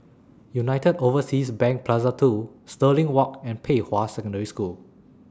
United Overseas Bank Plaza two Stirling Walk and Pei Hwa Secondary School